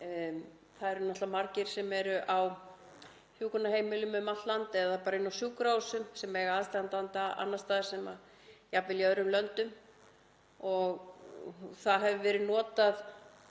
Það eru náttúrlega margir sem á hjúkrunarheimilum um allt land eða bara inni á sjúkrahúsum sem eiga aðstandanda annars staðar, jafnvel í öðrum löndum, og notað hefur verið tæki